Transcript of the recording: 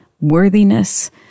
worthiness